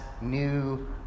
new